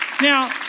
Now